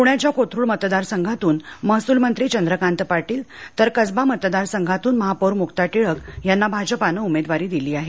प्ण्याच्या कोथरुड मतदार संघातून महसूल मंत्री चंद्रकांत पाटील तर कसबा मतदार संघातून महापौर मुक्ता टिळक यांना भाजपानं उमेदवारी दिली आहे